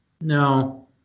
no